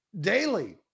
Daily